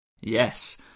Yes